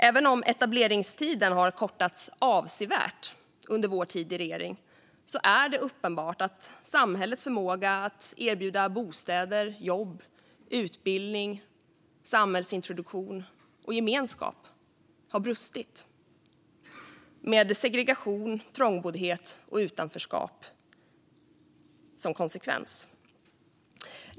Även om etableringstiden kortades avsevärt under vår tid i regering är det uppenbart att samhällets förmåga att erbjuda bostäder, jobb, utbildning, samhällsintroduktion och gemenskap har brustit, med segregation, trångboddhet och utanförskap som konsekvens. Herr talman!